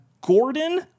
Gordon